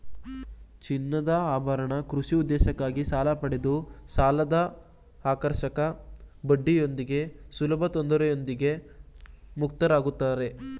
ಚಿನ್ನದಆಭರಣ ಕೃಷಿ ಉದ್ದೇಶಕ್ಕಾಗಿ ಸಾಲಪಡೆದು ಸಾಲದಆಕರ್ಷಕ ಬಡ್ಡಿಯೊಂದಿಗೆ ಸುಲಭತೊಂದರೆಯೊಂದಿಗೆ ಮುಕ್ತರಾಗುತ್ತಾರೆ